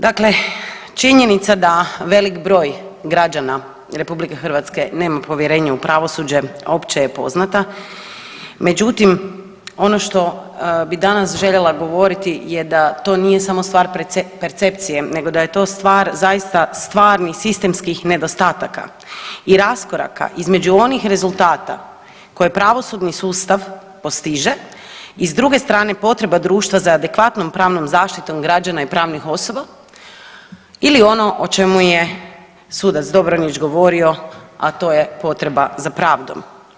Dakle, činjenica da velik broj građana RH nema povjerenja u pravosuđe opće je poznata, međutim, ono što bi danas željela govoriti da to nije samo stvar percepcije nego da je to stvar zaista stvarnih sistemskih nedostataka i raskoraka između onih rezultata koje pravosudni sustav postiže i s druge strane, potreba društva za adekvatnom pravnom zaštitom građana i pravnih osoba ili ono o čemu je sudac Dobronić govorio, a to je potreba za pravdom.